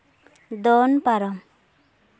ᱫᱚᱱ ᱯᱟᱨᱚᱢ